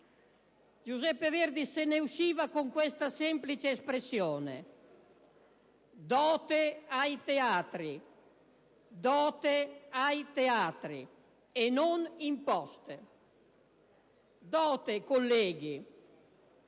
Giuseppe Verdi se ne usciva con questa semplice espressione: «Dote ai teatri. Dote ai teatri e non imposte».